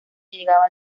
llegaba